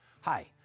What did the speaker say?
Hi